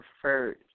preferred